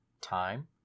time